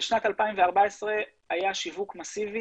בשנת 2014 היה שיווק מסיבי